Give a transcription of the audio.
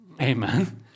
Amen